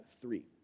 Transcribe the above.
three